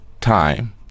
time